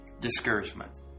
discouragement